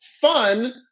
fun